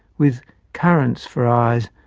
with currants for eyes,